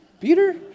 Peter